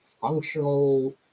functional